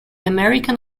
american